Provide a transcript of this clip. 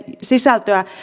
sisältöä